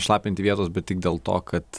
šlapinti vietos bet tik dėl to kad